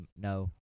No